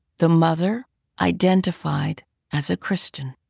the mother identified as a christian.